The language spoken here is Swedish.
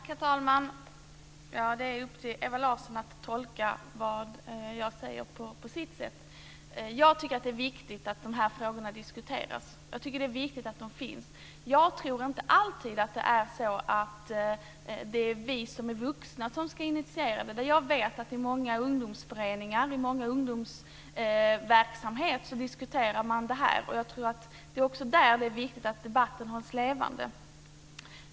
Herr talman! Det är upp till Ewa Larsson att tolka det jag säger på sitt sätt. Jag tycker att det är viktigt att de här frågorna diskuteras. Jag tycker att det är viktigt att de finns. Jag tror inte alltid att det är vi vuxna som ska initiera det, utan jag vet att man i många ungdomsföreningar och ungdomsverksamheter diskuterar detta. Det är också där som det är viktigt att debatten hålls levande.